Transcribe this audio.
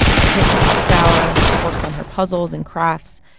she takes a hot shower, works on her puzzles and crafts,